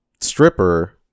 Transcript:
stripper